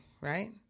right